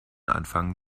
anfangen